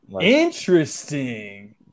Interesting